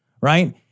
right